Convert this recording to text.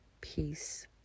peace